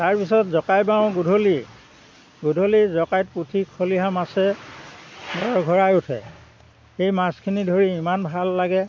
তাৰ পিছত জকাই বাও গধূলি গধূলি জকাইত পুঠি খলিহা মাছে ভৰভৰাই উঠে সেই মাছখিনি ধৰি ইমান ভাল লাগে